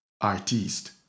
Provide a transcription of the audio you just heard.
Artist